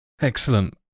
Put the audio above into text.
Excellent